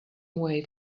away